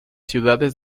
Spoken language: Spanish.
ciudades